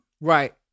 Right